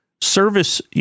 Service